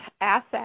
asset